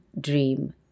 dream